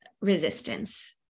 resistance